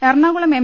Ernakulam M